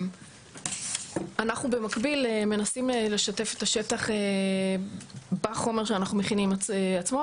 אנחנו במקביל מנסים לשתף את השטח בחומר שאנחנו מכינים עצמו,